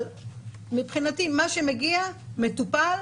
אבל מבחינתי מה שמגיע, מטופל.